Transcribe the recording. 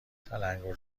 تلنگور